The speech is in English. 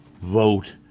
vote